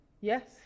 Yes